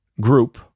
group